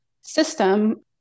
system